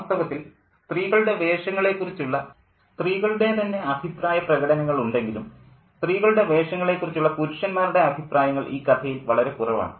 വാസ്തവത്തിൽ സ്ത്രീകളുടെ വേഷങ്ങളെക്കുറിച്ചുള്ള സ്ത്രീകളുടെ തന്നെ അഭിപ്രായ പ്രകടനങ്ങൾ ഉണ്ടെങ്കിലും സ്ത്രീകളുടെ വേഷങ്ങളെക്കുറിച്ചുള്ള പുരുഷന്മാരുടെ അഭിപ്രായങ്ങൾ ഈ കഥയിൽ വളരെ കുറവാണ്